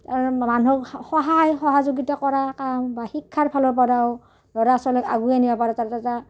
তাৰ মানুহক সহায় সহযোগিতা কৰা কাম বা শিক্ষাৰ ফালৰ পৰাও ল'ৰা ছোৱালীক আগুৱাই নিবা